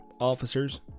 officers